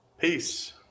Peace